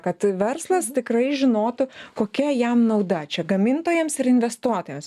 kad verslas tikrai žinotų kokia jam nauda čia gamintojams ir investuotojams